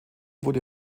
wurde